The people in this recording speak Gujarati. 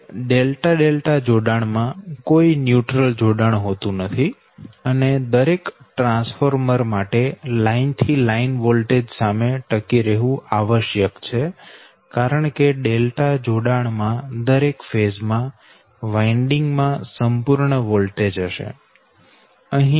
હવે ડેલ્ટા ડેલ્ટા જોડાણ માં કોઈ ન્યુટ્રલ જોડાણ હોતું નથી અને દરેક ટ્રાન્સફોર્મર માટે લાઈન થી લાઈન વોલ્ટેજ સામે ટકી રહેવું આવશ્યક છે કારણ કે ડેલ્ટા જોડાણ માં દરેક ફેઝ માં વાઇન્ડિંગ માં સંપૂર્ણ વોલ્ટેજ હશે